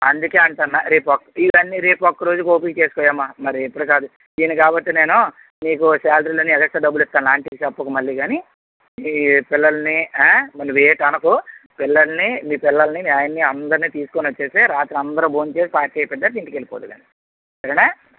అందుకే అంటున్నా రేపు ఇవన్ని రేపొక్కరోజుకి ఓపిక చేస్కో ఏ అమ్మా మరి ఇప్పుడు కాదు ఈయన కాబట్టి నేను నీకు సాలరీ లోని ఎక్స్ట్రా డబ్బులిస్తాను ఆంటీ చెప్పకు మళ్ళి కానీ నీ పిల్లల్ని ఆ మరి నువ్వేమనకు పిల్లల్ని మీ పిల్లల్ని మీ ఆయన్ని అందర్నీ తీస్కొనొచ్చేసేయి రాత్రి అందరూ భోంచేసి పార్టీ అయిపోయిన తర్వాత ఇంటికెళ్లిపోదురుగాని సరేనా